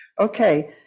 Okay